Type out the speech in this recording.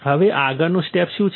હવે આગળનું સ્ટેપ શું છે